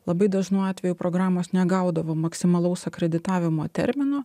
labai dažnu atveju programos negaudavo maksimalaus akreditavimo termino